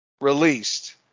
released